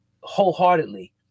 wholeheartedly